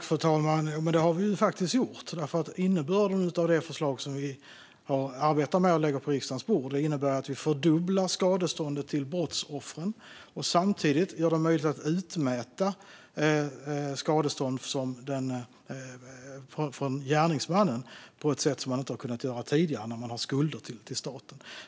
Fru talman! Det har vi faktiskt gjort, för innebörden av de förslag som vi har arbetat med och lägger på riksdagens bord är att vi fördubblar skadeståndet till brottsoffren och samtidigt gör det möjligt att utmäta skadestånd från gärningsmannen på ett sätt som man inte har kunnat göra tidigare när det finns skulder till staten.